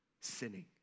sinning